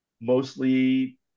mostly